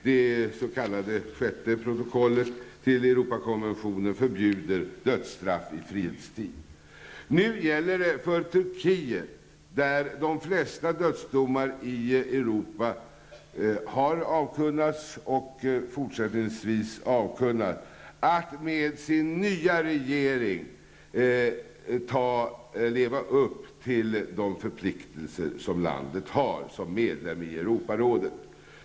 Det s.k. sjätte protokollet till Europakonventionen förbjuder dödsstraff i fredstid. Nu gäller det för Turkiet, där de flesta dödsdomarna i Europa har avkunnats och fortsättningsvis avkunnas, att med sin nya regering leva upp till de förpliktelser som landet har som medlem i Europarådet.